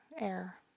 air